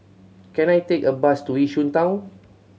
can I take a bus to Yishun Town